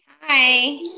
Hi